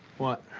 what?